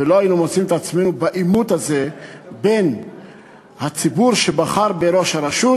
ולא היינו מוצאים את עצמנו בעימות הזה בין הציבור שבחר בראש הרשות